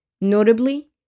Notably